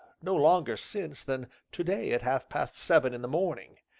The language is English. no longer since than to-day at half-past seven in the morning.